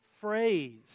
phrase